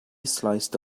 sliced